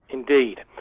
indeed.